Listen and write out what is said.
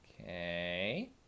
Okay